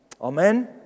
Amen